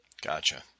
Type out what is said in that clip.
Gotcha